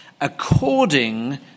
according